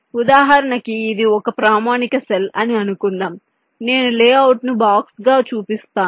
ఉదాహరణకి ఇది ఒక ప్రామాణిక సెల్ అని అనుకుందాం నేను లేఅవుట్ను బాక్స్గా చూపిస్తున్నాను